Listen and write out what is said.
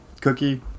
cookie